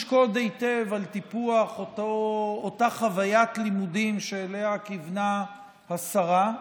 לשקוד היטב על טיפוח אותה חוויית לימודים שאליה כיוונה השרה,